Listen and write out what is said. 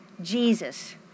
Jesus